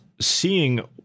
seeing